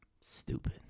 Stupid